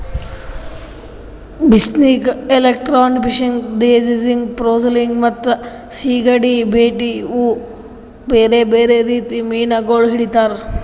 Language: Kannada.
ಬಸ್ನಿಗ್, ಎಲೆಕ್ಟ್ರೋಫಿಶಿಂಗ್, ಡ್ರೆಡ್ಜಿಂಗ್, ಫ್ಲೋಸಿಂಗ್ ಮತ್ತ ಸೀಗಡಿ ಬೇಟೆ ಇವು ಬೇರೆ ಬೇರೆ ರೀತಿ ಮೀನಾಗೊಳ್ ಹಿಡಿತಾರ್